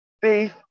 faith